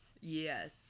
Yes